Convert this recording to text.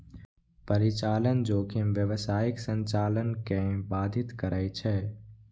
परिचालन जोखिम व्यावसायिक संचालन कें बाधित करै छै